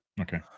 Okay